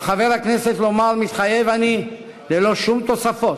על חברי הכנסת לומר "מתחייב אני" ללא שום תוספות,